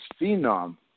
phenom